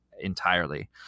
entirely